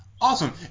Awesome